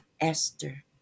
Esther